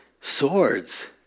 swords